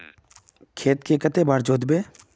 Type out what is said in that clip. खेत के कते बार जोतबे?